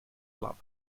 love